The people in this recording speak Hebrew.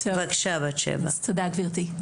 תודה גבירתי.